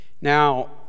Now